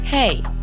Hey